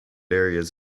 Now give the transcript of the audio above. areas